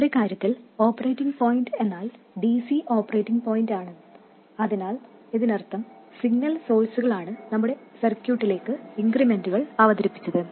നമ്മുടെ കാര്യത്തിൽ operating point എന്നാൽ dc ഓപ്പറേറ്റിംഗ് പോയിന്റ് ആണ് അതിനാൽ ഇതിനർത്ഥം സിഗ്നൽ സോഴ്സുകളാണ് നമ്മുടെ സർക്യൂട്ടിലേക്ക് ഇൻക്രിമെന്റുകൾ അവതരിപ്പിച്ചത്